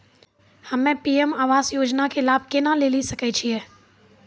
हम्मे पी.एम आवास योजना के लाभ केना लेली सकै छियै?